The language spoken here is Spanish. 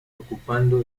ocupando